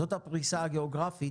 זאת הפריסה הגיאוגרפית